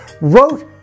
wrote